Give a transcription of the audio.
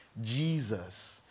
Jesus